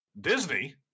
Disney